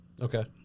Okay